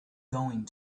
going